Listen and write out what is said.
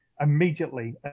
immediately